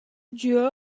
duo